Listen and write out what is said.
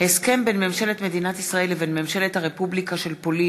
איסור הפליה מחמת השכלה ובכניסה לבר),